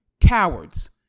Cowards